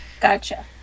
Gotcha